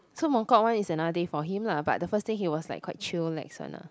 so Mong kok one is another day for him lah but the first day he was like quite chillax one lah